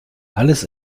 alles